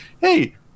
hey